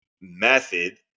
method